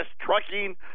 trucking